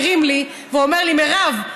מרים לי ואומר לי: מירב,